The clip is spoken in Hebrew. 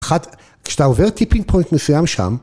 אחת, כשאתה עובר tipping point מסוים שם